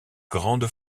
grande